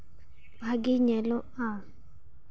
ᱵᱷᱟᱜᱮ ᱧᱮᱞᱚᱜᱼᱟ